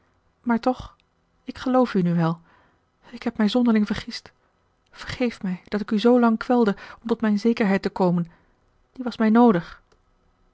maar toch ik geloof u nu wel ik heb mij zonderling vergist vergeef mij dat ik u zoo lang kwelde om tot mijne zekerheid te komen die was mij noodig